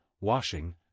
washing